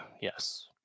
yes